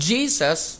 Jesus